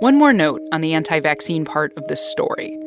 one more note on the anti-vaccine part of the story